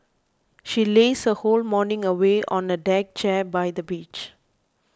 she lazed her whole morning away on a deck chair by the beach